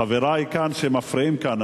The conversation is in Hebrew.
חברי כאן שמפריעים כאן,